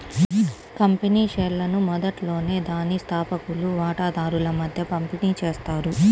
company షేర్లను మొదట్లోనే దాని స్థాపకులు వాటాదారుల మధ్య పంపిణీ చేస్తారు